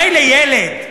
מילא ילד.